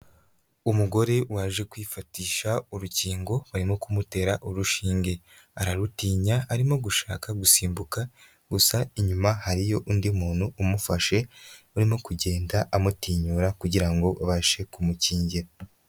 Umugore waje kwifatisha urukingo barimo kumutera urushinge, ararutinya arimo gushaka gusimbuka gusa inyuma hariyo undi muntu umufashe, urimo kugenda amutinyura kugira ngo babashe kumukingira.